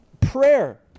prayer